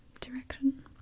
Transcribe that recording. Direction